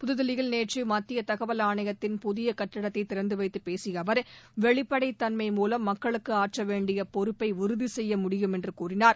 புதுதில்லியில் நேற்று மத்திய தகவல் ஆணையத்தின் புதிய கட்டிடத்தை திறந்துவைத்து பேசிய அவர் வெளிப்படைத் தன்மை மூலம் மக்களுக்கு ஆற்றவேண்டிய பொறுப்பை உறுதிசெய்ய முடியும் என்று கூறினார்